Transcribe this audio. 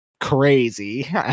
crazy